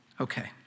Okay